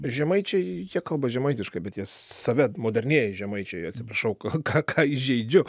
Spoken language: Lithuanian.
žemaičiai jie kalba žemaitiškai bet jie save modernieji žemaičiai atsiprašau ką ką ką įžeidžiu